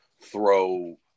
throw